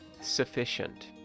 Sufficient